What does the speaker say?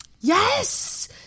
Yes